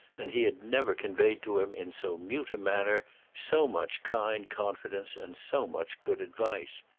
and he had never conveyed to him in so mute a manner so much kind confidence and so much good advice.